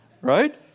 Right